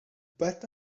pas